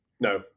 no